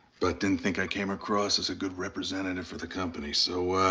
but didn't think i came across as a good representative for the company, so ah,